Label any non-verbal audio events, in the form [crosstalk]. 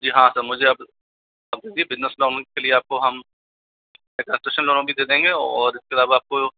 जी हाँ सर मुझे आप [unintelligible] बिजनेस लोन के लिए आपको हम एक रजिस्ट्रेशन लोन भी दे देंगे और उसके बाद में आपको